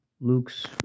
Luke's